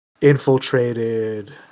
infiltrated